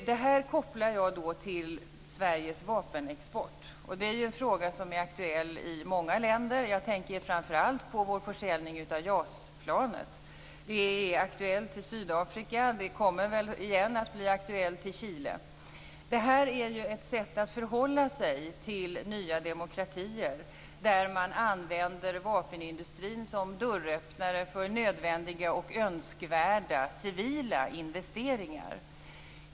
Det här kopplar jag till Sveriges vapenexport, och det är en fråga som är aktuell i många länder. Jag tänker framför allt på vår försäljning av JAS-planet. Det är aktuellt i Sydafrika och kommer väl igen att bli aktuellt i Chile. Det här är ett sätt att förhålla sig till nya demokratier där man använder vapenindustrin som dörröppnare för nödvändiga och önskvärda civila investeringar.